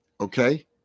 Okay